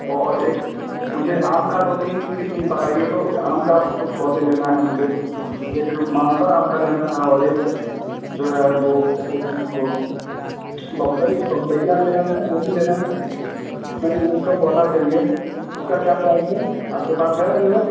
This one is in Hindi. और एक मुझे आम की दो तीन क़िस्म बताइए तो आम के कुछ पौधे लेना है मुझे एक मालदा आम का लेना है और एक जो है वह क्या बोलते हैं उसको बम्बई बम्बैया लेना है वो भी लेना है तो वो उसका पौधा चाहिए उसका क्या प्राइज़ है आपके पास है अवलेबल